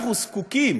אנחנו זקוקים